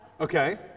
Okay